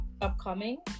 upcoming